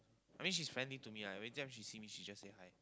I mean she's friendly to me lah every time she see me she just say hi